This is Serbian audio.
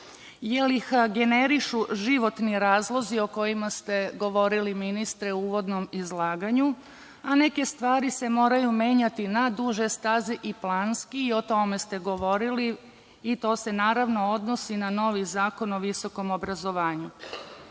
jer ih generišu životni razlozi o kojima ste govorili ministre u uvodnom izlaganju. Neke stvari se moraju menjati na duže staze i planski i o tome ste govorili. To se naravno odnosi i na novi Zakon o visokom obrazovanju. Cilj